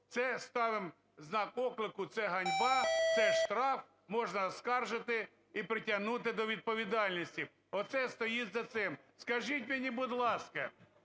це ставимо знак оклику, це ганьба, це штраф, можна оскаржити і притягнути до відповідальності. Оце стоїть за цим. Скажіть мені будь ласка,